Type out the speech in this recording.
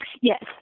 Yes